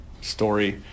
story